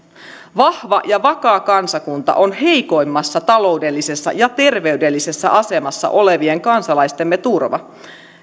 vahva ja vakaa kansakunta on heikoimmassa taloudellisessa ja terveydellisessä asemassa olevien kansalaistemme turva